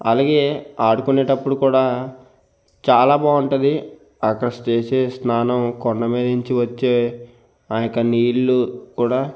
అలాగే ఆడుకునేటప్పుడు కూడా చాలా బాగుంటుంది అక్కడ చేసే స్నానం కొండమీద నుంచి వచ్చే ఆ యొక్క నీళ్ళు కూడా